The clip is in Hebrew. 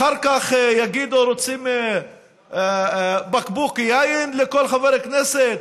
אחר כך יגידו: רוצים בקבוק יין לכל חבר כנסת,